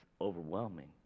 overwhelming